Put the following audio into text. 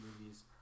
movies